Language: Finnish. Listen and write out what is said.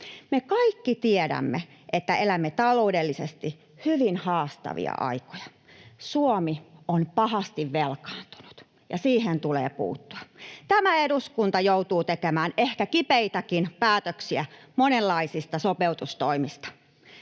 Me kaikki tiedämme, että elämme taloudellisesti hyvin haastavia aikoja. Suomi on pahasti velkaantunut, ja siihen tulee puuttua. Tämä eduskunta joutuu tekemään ehkä kipeitäkin päätöksiä monenlaisista sopeutustoimista.